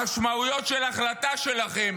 המשמעויות של החלטה שלכם